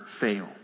fail